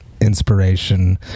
inspiration